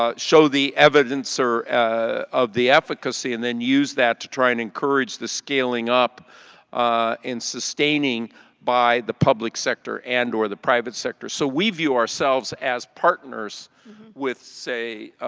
ah show the evidence or of the efficacy and then use that to try to and encourage the scaling up and sustaining by the public sector and or the private sector. so we view ourselves as partners with say,